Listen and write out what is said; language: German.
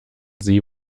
sie